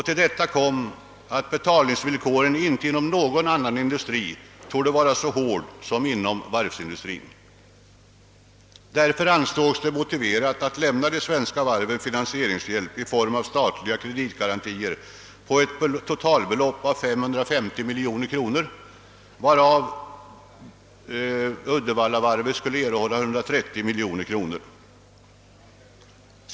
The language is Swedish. Till detta kom att betalningsvillkoren icke inom någon annan industri torde vara så hårda som inom varvsindustrin. Därför ansågs det motiverat att lämna det svenska varvet finansieringshjälp i form av statliga kreditgarantier till ett totalt belopp av 550 miljoner kronor, varav Uddevallavarvet skulle erhålla 130 miljoner kronor.